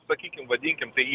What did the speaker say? sakykim vadinkim tai